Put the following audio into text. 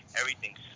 everything's